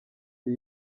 the